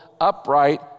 upright